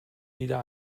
wieder